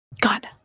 god